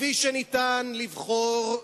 כפי שניתן לבחור,